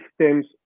systems